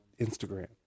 Instagram